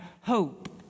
hope